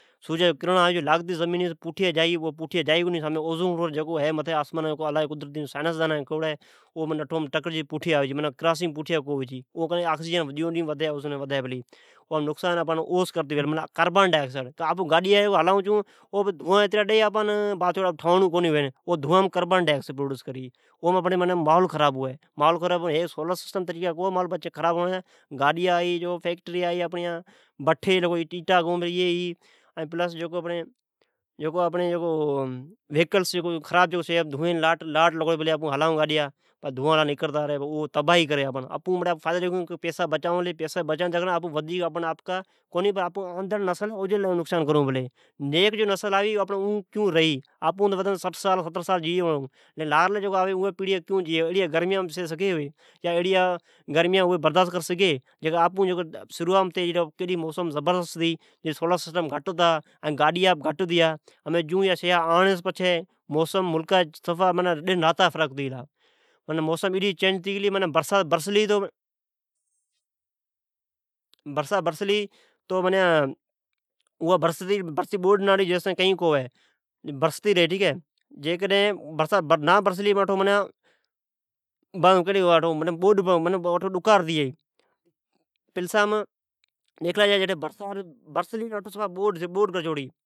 سورجا جا کرڑا زمین نیس تکراتی واپس اوزون لیئر سے جکو اللہ جی قدرتی سے واپس آوی چھے کان تو اٹھو کاربان ڈینھیو ڈینھن وڈی پلی این آکسجن گھٹ جی پلی جکی سے کرتی ڈجی تو آپون گاڈیا دوا ڈئی پلیا تو آپون ٹھواڑون کونی اوا کاربان پردیوس کری اوم آپڑا ماحول خراب ھووی۔ ھیک رگا سولرسسٹم کو ہے ماحول خراب کرنیم فیکٹرییا ، بٹھے جکی مین ایٹا نکری چھے، خراب گاڈیاائی سب ماحل خرابکری چھے۔ جکو ویکلس رگا دوا پلا ڈی آپون پیسہ بچائو پر آپون ایدڑنسل جا نقصان کرن پلے۔ آراڑی پڑیا ایڑیا گرمیان سی سگی اوی اگی سولر سسٹم گھٹ ھتا این گاڈیا بہ گھٹ ھتیا تو پیرین موسم بی ڈھاڈھی بھلی ھتی ایا آئینڑ پچھی ملکا جئ موسمی فرق ڈن رات جا ھتی گلا ۔جی برسات برسلی تو جکی برستی رھئ جیس تائین بوڈھ نہ ھووی جیکڈھن نہ برسلی تو ڈھوکاڑ ھتی جائی ۔